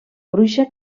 bruixa